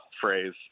phrase